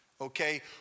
okay